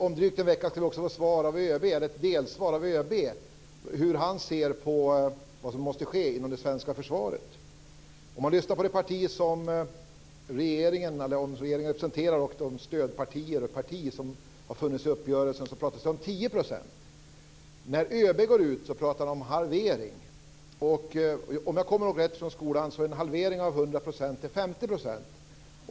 Om drygt en vecka skall vi få ett svar av ÖB på frågan hur han ser på vad som måste ske inom det svenska försvaret. Om man lyssnar på det parti som regeringen representerar och de stödpartier som har funnits med i uppgörelsen hör man att det pratas om 10 %. När ÖB går ut och nämner detta pratar han om en halvering. Om jag kommer ihåg rätt från skolan är en halvering av 100 % 50 %.